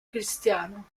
cristiano